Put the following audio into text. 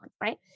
right